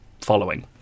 following